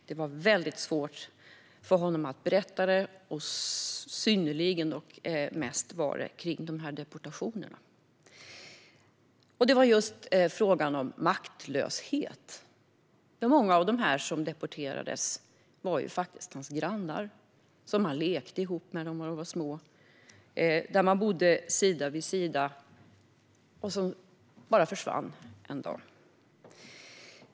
Han hade väldigt svårt för att berätta om det här, synnerligen och mest gällde det deportationerna. Det handlade om maktlöshet. Många av dem som deporterades var ju hans grannar, som han lekte med när de var små. De bodde sida vid sida, och en dag försvann de bara.